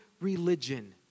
religion